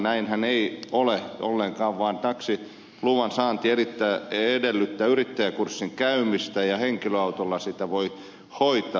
näinhän ei ole ollenkaan vaan taksiluvan saanti edellyttää yrittäjäkurssin käymistä ja henkilöautolla sitä voi hoitaa